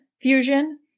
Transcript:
fusion